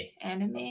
anime